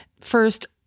First